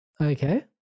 Okay